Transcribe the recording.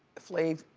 flav,